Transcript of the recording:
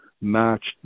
matched